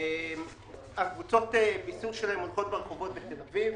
קבוצות הבישור שלהם הולכות ברחובות בתל-אביב.